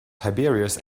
tiberius